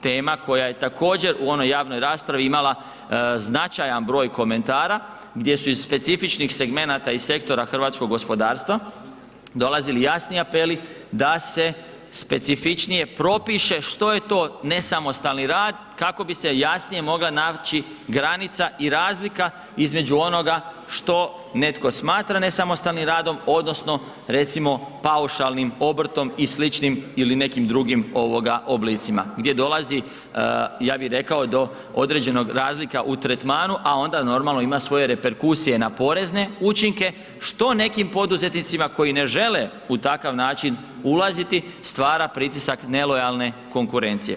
Tema koja je također u onoj javnoj raspravi imala značajan broj komentara gdje su iz specifičnih segmenata i sektora hrvatskog gospodarstva dolazili jasni apeli da se specifičnije propiše što je to nesamostalni rad kako bi se jasnije mogla naći granica i razlika između onoga što netko smatra nesamostalnim radom, odnosno recimo, paušalnim obrtom i sličnim ili nekim drugim oblicima gdje dolazi, ja bih rekao, do određenog razlika u tretmanu, a onda normalno ima svoje reperkusije na porezne učinke, što nekim poduzetnicima koji ne žele u takav način ulaziti, stvara pritisak nelojalne konkurencije.